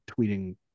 tweeting